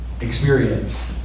experience